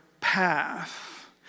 path